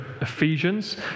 Ephesians